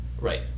right